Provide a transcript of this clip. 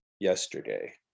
yesterday